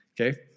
Okay